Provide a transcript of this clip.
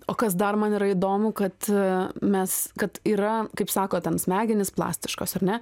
o kas dar man yra įdomu kad mes kad yra kaip sako ten smegenys plastiškos ar ne